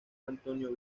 antonio